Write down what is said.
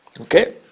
Okay